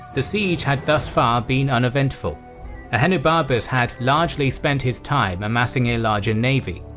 the siege had thus far been uneventful ahenobarbus had largely spent his time amassing a larger navy,